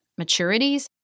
maturities